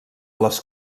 les